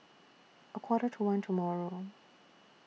A Quarter to one tomorrow